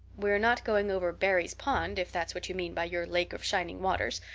we're not going over barry's pond, if that's what you mean by your lake of shining waters.